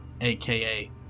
aka